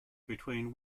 between